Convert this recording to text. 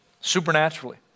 Supernaturally